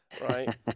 right